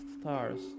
stars